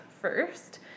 first